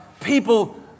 people